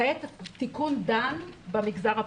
כעת התיקון דן במגזר הפרטי.